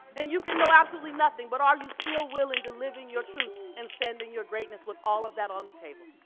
and you can know absolutely nothing, but are you still willing to live in your truth and stand in your greatness with all of that on the table?